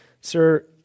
Sir